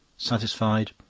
satisfied,